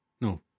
No